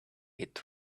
hit